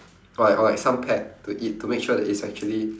or like or like some pet to eat to make sure that it's actually